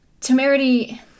Temerity